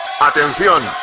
Atención